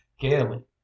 gaily